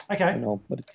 Okay